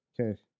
okay